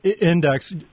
index